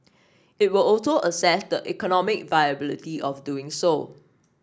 it will also assess the economic viability of doing so